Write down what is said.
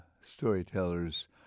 storytellers